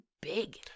big